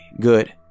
good